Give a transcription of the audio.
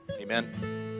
Amen